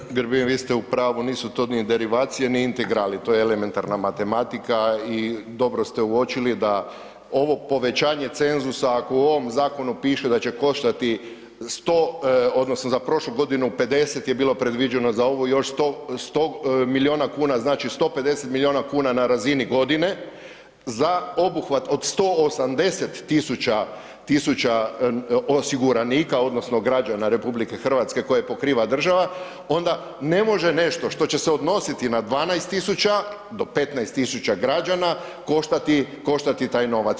Kolega Grbin, vi ste u pravu, nisu to ni derivacije, ni integrali, to je elementarna matematika i dobro ste uočili da ovo povećanje cenzusa ako u ovom zakonu piše da će koštati 100 odnosno za prošlu godinu 50 je bilo predviđeno, za ovu još 100 miliona kuna, znači 150 miliona kuna na razini godine za obuhvat od 180.000 osiguranika odnosno građana RH koje pokriva država onda ne može nešto što će se odnositi na 12.000 do 15.000 građana koštati taj novac.